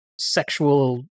sexual